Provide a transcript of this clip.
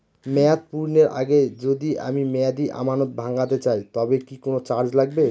মেয়াদ পূর্ণের আগে যদি আমি মেয়াদি আমানত ভাঙাতে চাই তবে কি কোন চার্জ লাগবে?